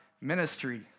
ministry